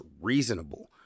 reasonable